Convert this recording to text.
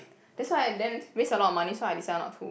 that's why and then waste a lot of money so I decided not to